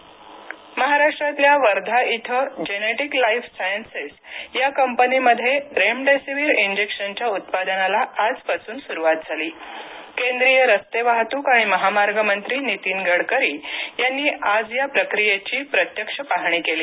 वर्धा गडकरी महाराष्ट्रातल्या वर्धा इथं genetic life sciences या कंपनीमध्ये रेमडेसीवीर इंजेक्शनच्या उत्पादनाला आजपासून सुरुवात झाली केंद्रीय रस्ते वाहतूक आणि महामार्ग मंत्री नितिन गडकरी यांनी आज या प्रक्रीयेची प्रत्यक्ष पाहणी केली